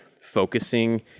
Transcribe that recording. focusing